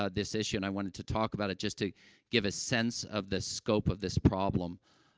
ah this issue, and i wanted to talk about it just to give a sense of the scope of this problem,